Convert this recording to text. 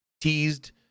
teased